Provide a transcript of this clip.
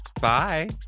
Bye